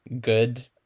good